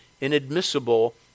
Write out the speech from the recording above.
inadmissible